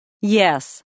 Yes